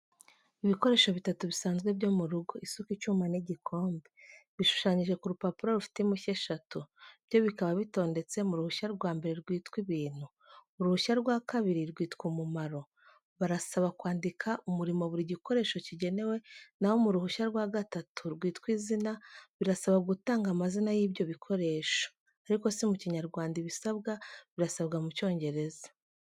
Ibikoresho bitatu bisanzwe byo mu rugo: isuka, icyuma n'igikombe. Bishushanyije ku rupapuro rufite impushya eshatu, byo bikaba bitondetse mu rushushya rwa mbere rwitwa ibintu. Uruhushya rwa kabiri, rwitwa umumaro, barasaba kwandika umurimo buri gikoresho kigenewe, naho mu ruhushya rwa gatatu, rwitwa izina, barasaba gutanga amazina y'ibyo bikoresho. Ariko si mu Kinyarwanda, ibisabwa birasabwa mu Cyongereza.